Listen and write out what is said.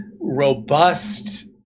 robust